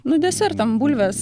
nu desertam bulvės